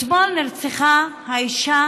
אתמול נרצחה האישה